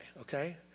okay